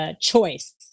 choice